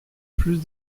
plus